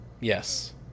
yes